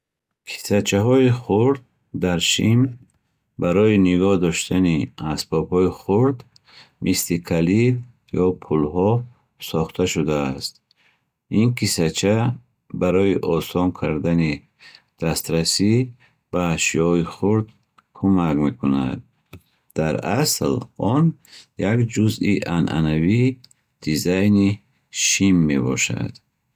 Киссачаҳои хурд дар шим барои нигоҳ доштани асбобҳои хурд, мисли калид ё пӯлҳо сохта шудааст. Ин киссача барои осон кардани дастрасӣ ба ашёҳои хурд кӯмак мекунад. Дар асл, он як ҷузъи анъанавии дизайни шим мебошад.